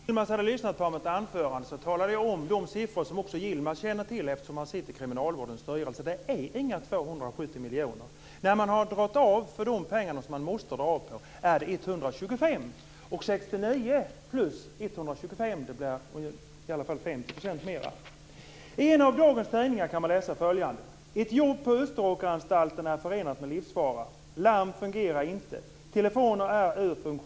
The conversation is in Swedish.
Fru talman! Om Yilmaz Kerimo hade lyssnat på mitt anförande hade han hört att jag talade om de siffror som också Yilmaz Kerimo känner till eftersom han sitter i kriminalvårdens styrelse. Det är inga 270 miljoner. När man har dragit av de pengar som måste dras av är det fråga om 125. 69 plus 125 är i alla fall I en av dagens tidningar kan man läsa följande: "Ett jobb på Österåkeranstalten är förenat med livsfara.